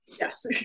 yes